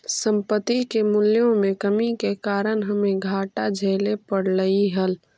संपत्ति के मूल्यों में कमी के कारण हमे घाटा झेले पड़लइ हल